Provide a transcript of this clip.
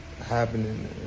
happening